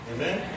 Amen